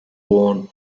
warn